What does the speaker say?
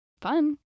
Fun